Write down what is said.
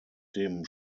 dem